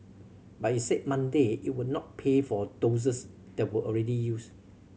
but it said Monday it would not pay for doses that were already used